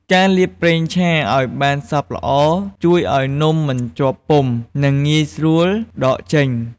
ការលាបប្រេងឆាឱ្យបានសព្វល្អ ជួយឱ្យនំមិនជាប់ពុម្ព និងងាយស្រួលដកចេញ។